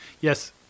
Yes